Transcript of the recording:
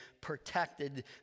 protected